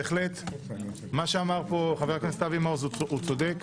בהחלט, מה שאמר פה חבר הכנסת אבי מעוז הוא צודק.